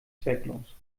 zwecklos